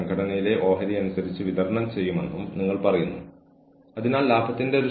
ഭാവിയിൽ ഒരു വ്യക്തി എങ്ങനെ പെരുമാറുമെന്ന് കണ്ടെത്താൻ കഴിയില്ല